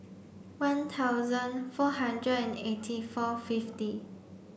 one thousand four hundred and eighty four fifty